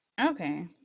Okay